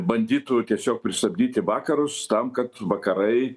bandytų tiesiog pristabdyti vakarus tam kad vakarai